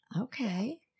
Okay